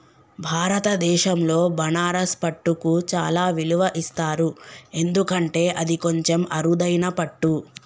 భారతదేశంలో బనారస్ పట్టుకు చాలా విలువ ఇస్తారు ఎందుకంటే అది కొంచెం అరుదైన పట్టు